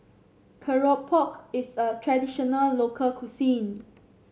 keropok is a traditional local cuisine